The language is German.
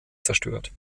zerstört